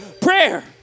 prayer